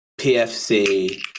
PFC